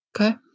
okay